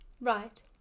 Right